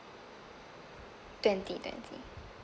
twenty twenty